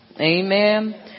Amen